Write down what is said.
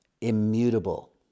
immutable